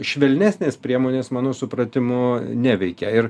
švelnesnės priemonės mano supratimu neveikia ir